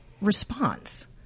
response